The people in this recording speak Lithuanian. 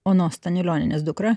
onos staniulionienės dukra